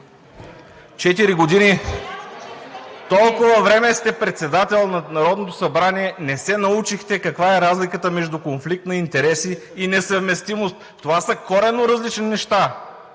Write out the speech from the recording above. Четири години – толкова време сте председател на Народното събрание, а не се научихте каква е разликата между конфликт на интереси и несъвместимост. Това са коренно различни неща